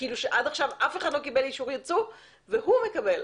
עד עכשיו אף אחד לא קיבל אישור יצוא והנה הוא מקבל.